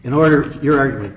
in order your